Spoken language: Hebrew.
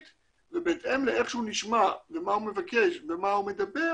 ובהתאם לאיך שהוא נשמע ומה הוא מבקש ומה הוא מדבר,